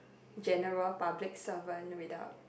general public servant without